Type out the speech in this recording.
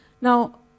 Now